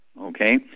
Okay